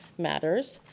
matters.